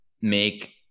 make